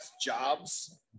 jobs